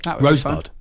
Rosebud